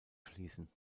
fließen